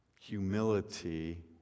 Humility